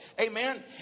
Amen